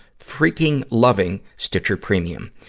freaking loving stitcher premium.